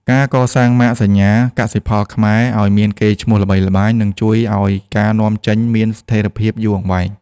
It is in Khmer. ការកសាងម៉ាកសញ្ញា "កសិផលខ្មែរ" ឱ្យមានកេរ្តិ៍ឈ្មោះល្បីល្បាញ នឹងជួយឱ្យការនាំចេញមានស្ថិរភាពយូរអង្វែង។